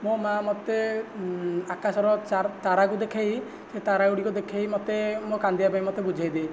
ମୋ ମା' ମୋତେ ଆକାଶର ତାରାକୁ ଦେଖେଇ ସେ ତାରା ଗୁଡ଼ିକୁ ଦେଖେଇ ମୋତେ ମୋ' କାନ୍ଦିବା ପାଇଁ ମୋତେ ବୁଝେଇଦିଏ